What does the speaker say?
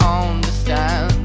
understand